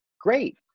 Great